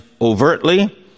overtly